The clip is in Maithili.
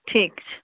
ठीक छै